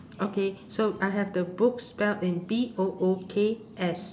okay so I have the books spelled in B O O K S